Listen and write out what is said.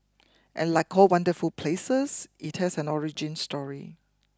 and like all wonderful places it has an origin story